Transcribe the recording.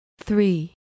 three